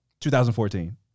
2014